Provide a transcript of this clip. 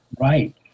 right